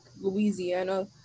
Louisiana